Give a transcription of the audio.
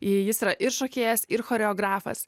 i jis yra ir šokėjas ir choreografas